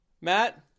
matt